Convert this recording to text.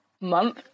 month